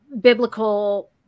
biblical